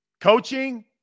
Coaching